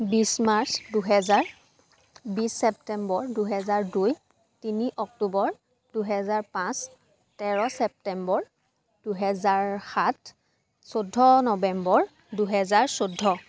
বিছ মাৰ্চ দুহেজাৰ বিছ ছেপ্টেম্বৰ দুহেজাৰ দুই তিনি অক্টোবৰ দুহেজাৰ পাঁচ তেৰ ছেপ্টেম্বৰ দুহেজাৰ সাত চৈধ্য নৱেম্বৰ দুহেজাৰ চৈধ্য